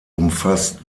umfasst